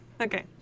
Okay